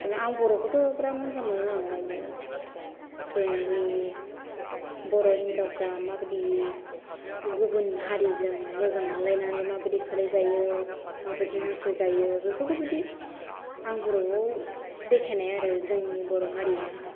आं बर' खौथ' बेराद मोजां मोनो आं नायनो जोंनि बर' हिन्जावफ्रा मा बायदि गुबुन हारिजों मोजां मोनलायनानै माबादि खालायजायो मा बायदि नासयजायो बेफोरबादि आं बर'आव देखायनाय आरो जोंनि बर' हारिआ